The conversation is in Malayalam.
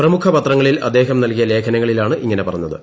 പ്രമുഖ പത്രങ്ങളിൽ അദ്ദേഹം നൽകിയ ലേഖനങ്ങളിലാണ് ഇങ്ങനെ പറഞ്ഞത്